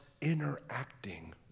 interacting